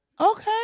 Okay